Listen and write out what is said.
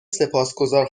سپاسگذار